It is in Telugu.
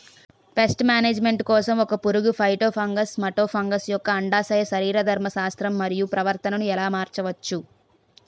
పేస్ట్ మేనేజ్మెంట్ కోసం ఒక పురుగు ఫైటోఫాగస్హె మటోఫాగస్ యెక్క అండాశయ శరీరధర్మ శాస్త్రం మరియు ప్రవర్తనను ఎలా మార్చచ్చు?